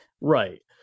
Right